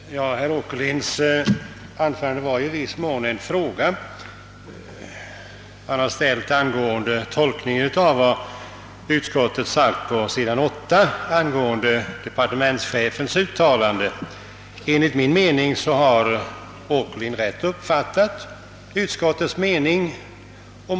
Herr talman! Herr Åkerlinds anförande var i viss mån en fråga angående tolkningen av vad utskottet sagt på s. 8 angående departementschefens uttalande. Enligt min mening har herr Åkerlind rätt uppfattat utskottets mening.